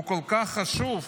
הוא כל כך חשוב,